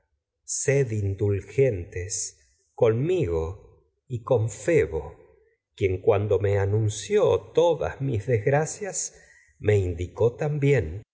sed indulgentes conmigo y con me febo quien me cuando anunció todas mis desgracias indicó también